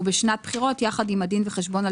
ובשנת בחירות יחד עם הדין וחשבון על